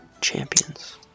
Champions